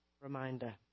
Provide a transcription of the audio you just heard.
reminder